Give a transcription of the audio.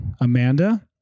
Amanda